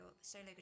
solo